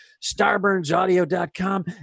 StarburnsAudio.com